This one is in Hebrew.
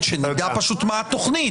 שנדע מה התוכנית.